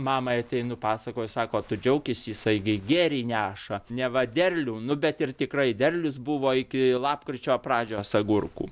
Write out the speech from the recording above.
mamai ateinu pasakoju sako tu džiaukis jisai gi gėrį neša neva derlių nu bet ir tikrai derlius buvo iki lapkričio pradžios agurkų